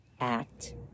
Act